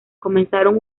comenzaron